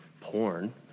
porn